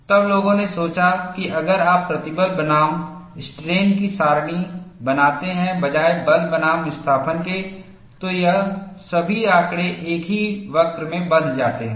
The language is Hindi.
तब लोगों ने सोचा कि अगर आप प्रतिबल बनाम स्ट्रेन की सारणी बनाते हैं बजाय बल बनाम विस्थापन के तो यह सभी आंकड़े एक ही वक्र में बंध जाते हैं